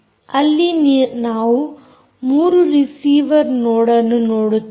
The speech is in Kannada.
ಅಲ್ಲಿ ನಾವು 3 ರಿಸೀವರ್ ನೋಡ್ ಅನ್ನು ನೋಡುತ್ತೇವೆ